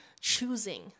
choosing